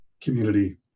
community